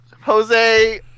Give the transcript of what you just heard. Jose